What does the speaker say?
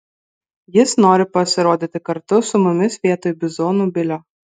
jis nori pasirodyti kartu su mumis vietoj bizonų bilio